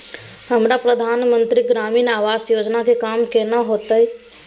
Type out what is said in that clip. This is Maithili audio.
हमरा प्रधानमंत्री ग्रामीण आवास योजना के काम केना होतय?